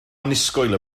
annisgwyl